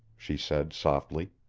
she said softly.